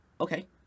Okay